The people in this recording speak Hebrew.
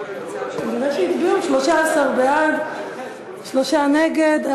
13 בעד, שלושה נגד.